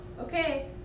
Okay